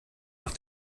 nach